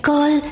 Call